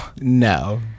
no